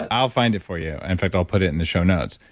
i'll find it for you. in fact, i'll put it in the show notes.